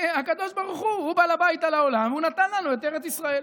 שהקדוש ברוך הוא הוא בעל הבית על העולם והוא נתן לנו את ארץ ישראל.